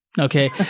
Okay